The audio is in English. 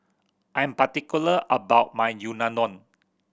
I am particular about my Unadon